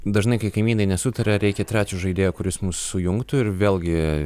dažnai kai kaimynai nesutaria reikia trečio žaidėjo kuris mus sujungtų ir vėlgi